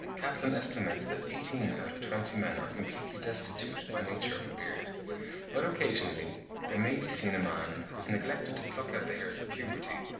catlin estimates that eighteen out of twenty men are completely destitute by nature of a beard but occasionally there may be seen a man, who has neglected to pluck out the hairs at puberty,